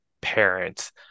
parents